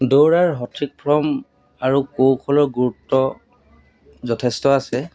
দৌৰাৰ সঠিক ফ্ৰম আৰু কৌশলৰ গুৰুত্ব যথেষ্ট আছে